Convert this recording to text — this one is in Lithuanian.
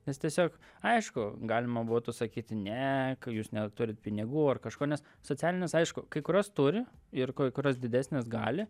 nes tiesiog aišku galima būtų sakyti ne jūs neturit pinigų ar kažko nes socialinės aišku kai kurios turi ir koi kurios didesnės gali